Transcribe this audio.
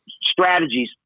strategies